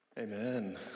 Amen